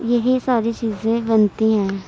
یہی ساری چیزیں بنتی ہیں